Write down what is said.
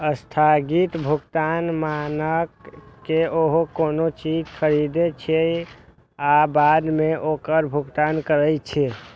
स्थगित भुगतान मानक मे अहां कोनो चीज खरीदै छियै आ बाद मे ओकर भुगतान करै छियै